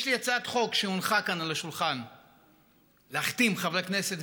יש לי הצעת חוק שהונחה כאן על השולחן להחתים חברי כנסת,